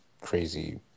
crazy